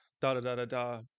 da-da-da-da-da